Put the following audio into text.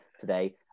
today